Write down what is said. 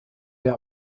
der